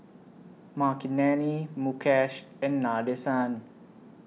Makineni Mukesh and Nadesan